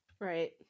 Right